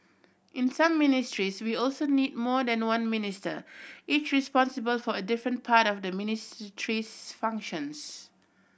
in some ministries we also need more than one Minister each responsible for a different part of the ministry's functions